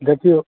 देखिऔ